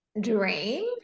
dream